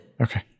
Okay